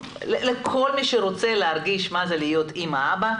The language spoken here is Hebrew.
לכל מי שרוצה להרגיש מה זה להיות אמא או אבא,